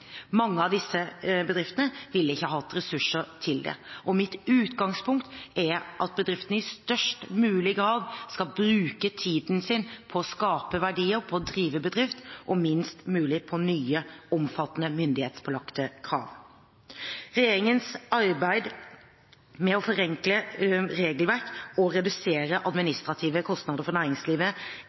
Mange av disse bedriftene vil ikke ha ressurser til det. Mitt utgangspunkt er at bedriftene i størst mulig grad skal bruke tiden sin på å skape verdier og på å drive bedrift og minst mulig tid på omfattende myndighetspålagte krav. Regjeringens arbeid med å forenkle regelverk og redusere administrative kostnader for næringslivet